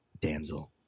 damsel